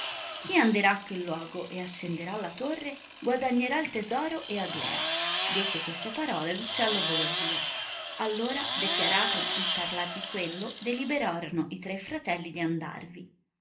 chi anderà a quel luogo e ascenderà la torre guadagnerà il tesoro e aglea dette queste parole l'uccello volò via all'ora dechiarato il parlar di quello deliberorono i tre fratelli di andarvi